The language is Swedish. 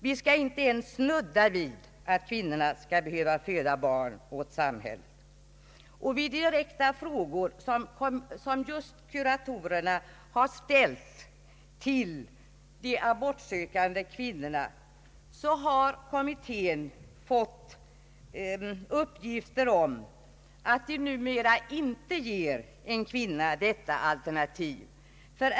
Vi skall inte ens snudda vid att kvinnorna skall behöva föda barn åt samhället. På grundval av direkta frågor som kuratorerna har ställt till de abortsökande kvinnorna har kommittén fått uppgift om att man numera inte ger en kvinna detta alternativ.